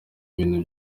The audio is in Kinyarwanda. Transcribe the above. ibintu